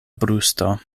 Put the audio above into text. brusto